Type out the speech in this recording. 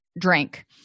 drink